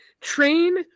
Train